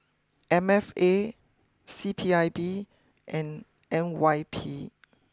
M F A C P I B and N Y P